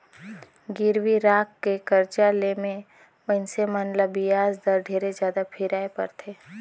गिरवी राखके करजा ले मे मइनसे मन ल बियाज दर ढेरे जादा फिराय परथे